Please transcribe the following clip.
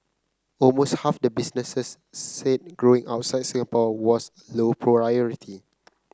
almost half the businesses said growing outside Singapore was low priority